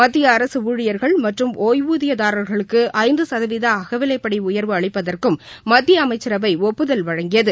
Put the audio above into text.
மத்திய அரசு ஊழியர்கள் மற்றும் ஒய்வூதியதாரர்களுக்கு இ ஐந்து சதவீத அகவிவைப்படி உயர்வு அளிப்பதற்கும் மத்திய அமைச்சரவை ஒப்புதல் வழங்கியது